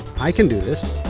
i can do this.